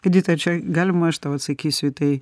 edita čia galima aš tau atsakysiu į tai